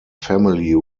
family